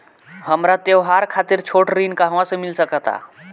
हमरा त्योहार खातिर छोट ऋण कहाँ से मिल सकता?